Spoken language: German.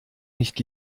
nicht